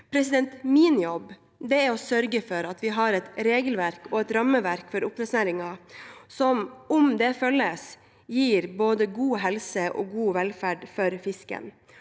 med. Min jobb er å sørge for at vi har et regelverk og et rammeverk for oppdrettsnæringen som, om det følges, gir både god helse og god velferd for fisken.